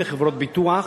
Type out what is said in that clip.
בחברות ביטוח,